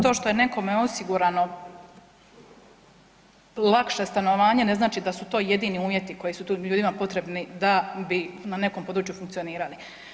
To što je nekome osigurano lakše stanovanje ne znači da su to jedini uvjeti koji su ljudima potrebni da bi na nekom području funkcionirali.